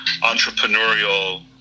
entrepreneurial